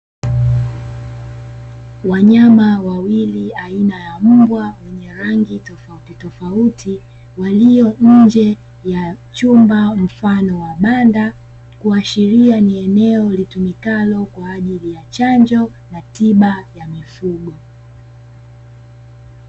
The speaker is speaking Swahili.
Wanyama wawili aina ya mbwa wenye rangi tofautitofauti, walio nje ya chumba mfano wa banda, kuashiria ni eneo litumikalo kwa ajili ya chanjo na tiba ya mifugo.